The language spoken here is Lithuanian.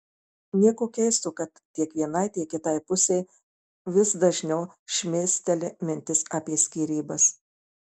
nieko keisto kad tiek vienai tiek kitai pusei vis dažniau šmėsteli mintis apie skyrybas